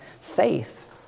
faith